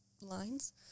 lines